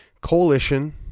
Coalition